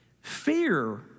Fear